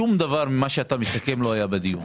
שום דבר ממה שאתה מסכם לא היה בדיון.